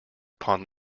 upon